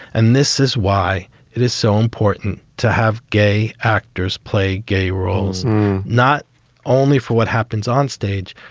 and this is why it is so important to have gay actors play gay roles not only for what happens onstage,